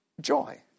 joy